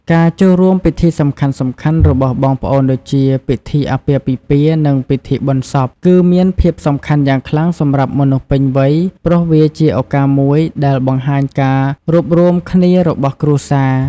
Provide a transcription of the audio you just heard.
ការចូលរួមពិធីសំខាន់ៗរបស់បងប្អូនដូចជា ពិធីអាពាហ៍ពិពាហ៍ និងពិធីបុណ្យសព គឺមានភាពសំខាន់យ៉ាងខ្លាំងសម្រាប់មនុស្សពេញវ័យ ព្រោះវាជាឱកាសមួយដែលបង្ហាញការរួបរួមគ្នារបស់គ្រួសារ។